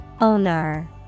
Owner